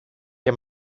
και